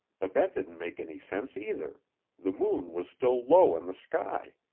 but that didn't make any sense either the moon was still low in the sky.